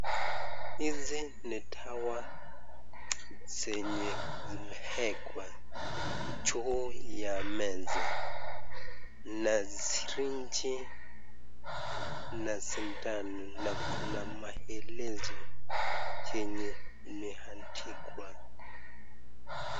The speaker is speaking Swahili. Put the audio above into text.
Hizi ni dawa zenye zimeekwa juu ya meza na [srinji] na sindano na kuna maelezo chenye imeandikwa.